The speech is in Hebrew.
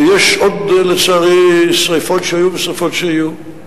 ויש עוד לצערי שרפות שהיו ושרפות שיהיו.